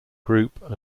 group